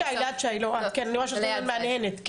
אני רואה שאת כל הזמן מהנהנת.